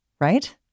right